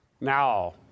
Now